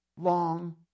long